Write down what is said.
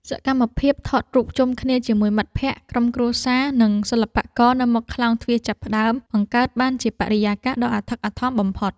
សកម្មភាពថតរូបជុំគ្នាជាមួយមិត្តភក្តិ ក្រុមគ្រួសារ និងសិល្បករនៅមុខខ្លោងទ្វារចាប់ផ្ដើម បង្កើតបានជាបរិយាកាសដ៏អធិកអធមបំផុត។